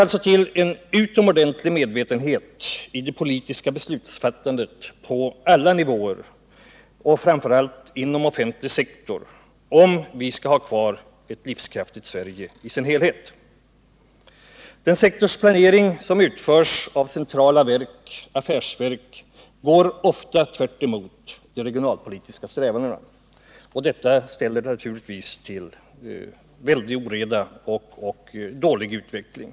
Det måste till en utomordentlig medvetenhet i det politiska beslutsfattandet på alla nivåer, framför allt inom den offentliga sektorn, om vi skall kunna ha kvar ett livskraftigt Sverige i sin helhet. Den sektorsplanering som utförs av centrala ämbetsverk och affärsverk går ofta tvärtemot de regionalpolitiska strävandena. Detta ställer naturligtvis till stor oreda och ger en ogynnsam utveckling.